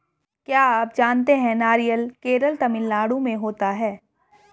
क्या आप जानते है नारियल केरल, तमिलनाडू में होता है?